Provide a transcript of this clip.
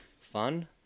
fun